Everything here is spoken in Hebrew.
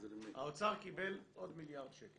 האוצר קיבל עוד מיליארד שקל